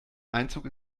einzug